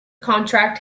contract